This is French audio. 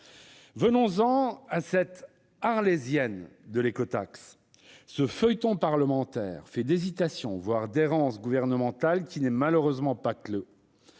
Venons-en à cette Arlésienne de l'écotaxe, à ce feuilleton parlementaire fait d'hésitations, voire d'errances gouvernementales, et qui n'est malheureusement pas clos.